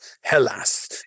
Hellas